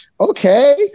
Okay